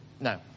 no